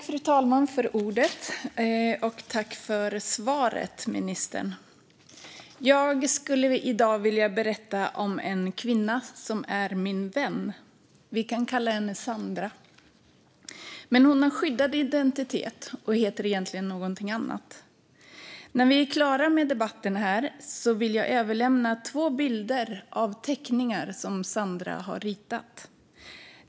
Fru talman! Jag tackar ministern för svaret. Låt mig berätta om en kvinna som är min vän. Vi kan kalla henne Sandra. Hon har dock skyddad identitet och heter egentligen något annat. När vi är klara med debatten kommer jag att överlämna två teckningar som Sandra har ritat.